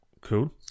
Cool